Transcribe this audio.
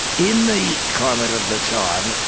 in the climate of the time,